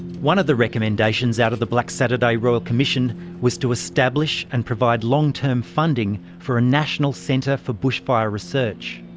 one of the recommendations out of the black saturday royal commission was to establish and provide long-term funding for a national centre for bushfire research.